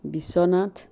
Biswanath